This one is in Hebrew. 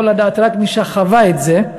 יכול לדעת רק מי שחווה את זה,